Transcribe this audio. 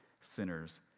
sinners